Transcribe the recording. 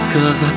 Cause